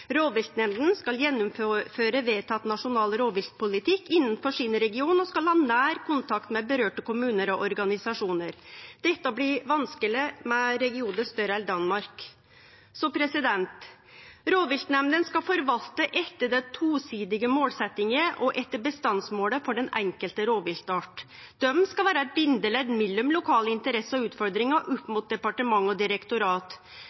Rovviltnemnden skal gjennomføre vedtatt nasjonal rovviltpolitikk innenfor sin region, og skal ha nær kontakt med berørte kommuner og organisasjoner.» Dette blir vanskeleg med regionar større enn Danmark. Rovviltnemndene skal forvalte etter den tosidige målsetjinga og etter bestandsmålet for den enkelt rovviltarten. Dei skal vere eit bindeledd mellom lokale interesser og